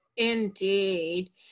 Indeed